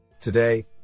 Today